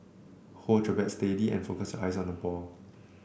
hold your bat steady and focus your eyes on the ball